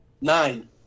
Nine